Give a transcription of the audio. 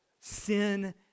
sin